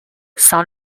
sans